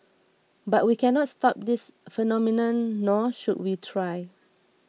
but we cannot stop this phenomenon nor should we try